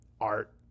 art